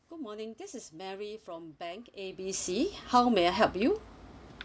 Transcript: good morning this is mary from bank A B C how may I help you